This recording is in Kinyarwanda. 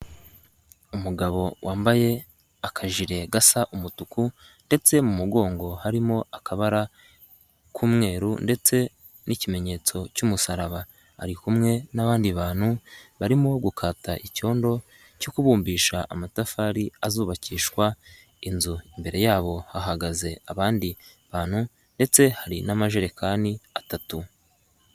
Umugabo wambaye akajire gasa umutuku ndetse mu mugongo harimo akabara k'umweru ndetse n'ikimenyetso cy'umusaraba, ari kumwe n'abandi bantu, barimo gukata icyondo cyo kubumbisha amatafari azubakishwa inzu, imbere yabo hahagaze abandi bantu ndetse hari n'amajerekani atatu.